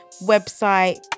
website